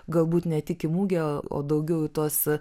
galbūt ne tik į mugę o daugiau į tuos